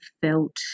felt